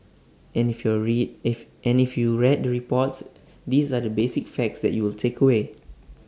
and if your read if any if you read the reports these are the basic facts that you will take away